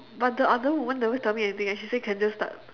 but the other woman never tell me anything eh she say can just start